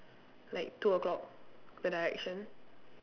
like two o-clock the direction